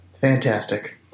Fantastic